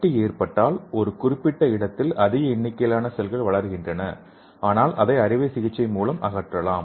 கட்டி ஏற்பட்டால் ஒரு குறிப்பிட்ட இடத்தில் அதிக எண்ணிக்கையிலான செல்கள் வளர்கின்றன ஆனால் அதை அறுவை சிகிச்சை மூலம் அகற்றலாம்